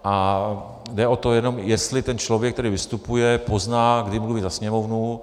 A jde o to jenom, jestli ten člověk, který vystupuje, pozná, kdy mluví za Sněmovnu.